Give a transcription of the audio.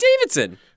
Davidson